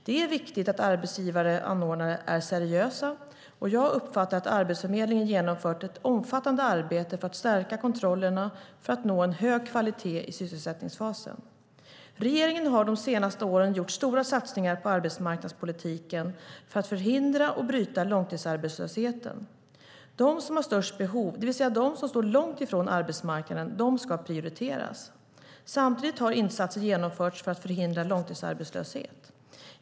Det är viktigt att arbetsgivare, anordnare, är seriösa, och jag uppfattar att Arbetsförmedlingen genomfört ett omfattande arbete för att stärka kontrollerna för att nå en hög kvalitet i sysselsättningsfasen. Regeringen har de senaste åren gjort stora satsningar på arbetsmarknadspolitiken för att förhindra och bryta långtidsarbetslösheten. De som har störst behov, det vill säga de som står långt ifrån arbetsmarknaden, ska prioriteras. Samtidigt har insatser genomförts för att förhindra långtidsarbetslöshet.